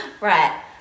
right